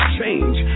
change